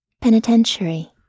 Penitentiary